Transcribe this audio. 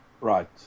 Right